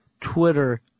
Twitter